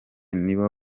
nibo